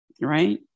right